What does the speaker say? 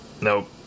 Nope